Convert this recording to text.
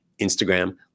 Instagram